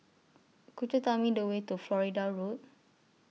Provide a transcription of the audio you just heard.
Could YOU Tell Me The Way to Florida Road